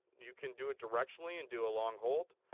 you can do it directionally and do a long hold.